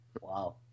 Wow